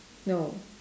no